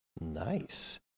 Nice